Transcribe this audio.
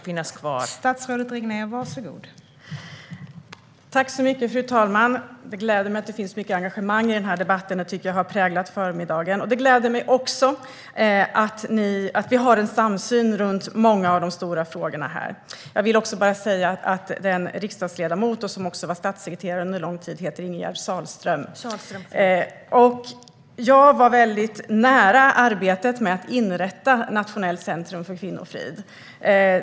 Fru talman! Det gläder mig att det finns så mycket engagemang i den här debatten. Det har präglat förmiddagen, och det gläder mig också att vi har en samsyn kring många av de stora frågorna. Jag vill bara säga att den riksdagsledamot som också var statssekreterare under lång tid heter Ingegerd Sahlström. Jag följde väldigt nära arbetet med att inrätta Nationellt centrum för kvinnofrid.